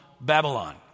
Babylon